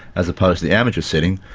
as opposed to the amateur setting,